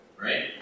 Right